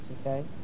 okay